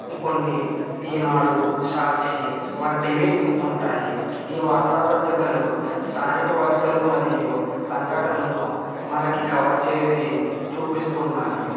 ఇంకొన్ని ఈనాడు సాక్షి వంటివి ఉంటాయి ఈ వార్తా పత్రికలు స్థానిక వార్తలు మరియు సంఘటనలను మనకి కవర్ చేసి చూపిస్తున్నాయి